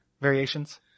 variations